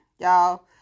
y'all